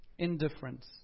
indifference